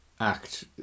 Act